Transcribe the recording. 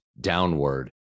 downward